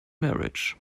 marriage